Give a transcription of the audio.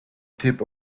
tip